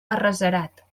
arrecerat